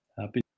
happy